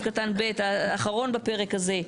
לסעיף קטן (ב), האחרון בפרק הזה,